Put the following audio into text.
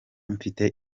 mfite